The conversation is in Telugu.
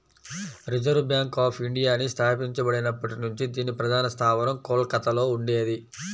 రిజర్వ్ బ్యాంక్ ఆఫ్ ఇండియాని స్థాపించబడినప్పటి నుంచి దీని ప్రధాన స్థావరం కోల్కతలో ఉండేది